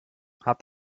hat